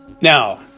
Now